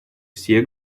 все